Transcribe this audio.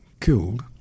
killed